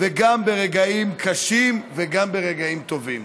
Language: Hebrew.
וגם ברגעים קשים וגם ברגעים טובים.